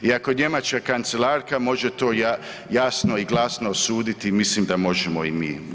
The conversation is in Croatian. I ako njemačka kancelarka može to jasno i glasno osuditi, mislim da možemo i mi.